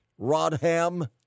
Rodham